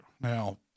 now